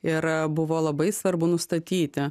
ir a buvo labai svarbu nustatyti